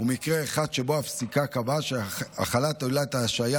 ומקרה אחד שבו הפסיקה קבעה שהחלת עילות ההשעיה